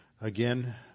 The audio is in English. again